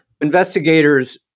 investigators